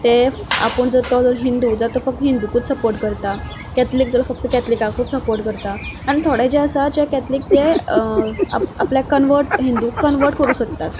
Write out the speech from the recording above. ते आपूण जर तो जर हिंदू जाल्यार तो फकत हिंदुकूच सपोर्ट करता कॅथलीक जाल्यार फकत कॅथलिकाकूच सपोर्ट करता आनी थोडे जे आसात जे कॅथलीक ते आप आपल्याक कनवर्ट हिंदूक कनवर्ट करूं सोदतात